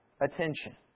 attention